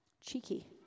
Cheeky